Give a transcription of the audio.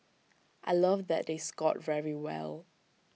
I love that they scored very well